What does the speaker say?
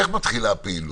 איך מתחילה הפעילות?